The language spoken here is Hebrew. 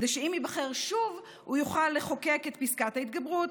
כדי שאם ייבחר שוב הוא יוכל לחוקק את פסקת ההתגברות,